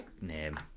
name